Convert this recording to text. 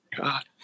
god